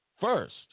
first